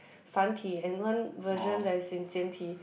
繁体 and one version that is in 简体:Jian Ti